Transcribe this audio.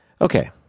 Okay